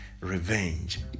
revenge